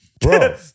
Bro